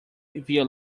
via